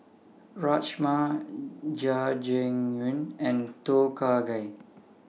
Rajma Jajangmyeon and Tom Kha Gai